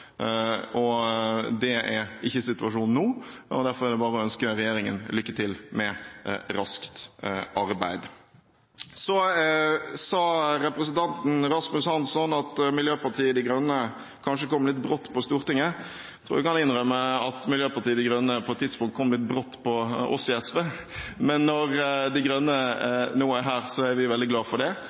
Det er ikke situasjonen nå. Derfor er det bare å ønske regjeringen lykke til med raskt arbeid. Så sa representanten Rasmus Hansson at Miljøpartiet De Grønne kanskje kom litt brått på Stortinget. Jeg tror jeg kan innrømme at Miljøpartiet De Grønne på et tidspunkt kom litt brått på oss i SV. Men når Miljøpartiet De Grønne nå er her, er vi veldig glade for det.